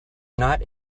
not